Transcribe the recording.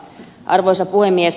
arvoisa puhemies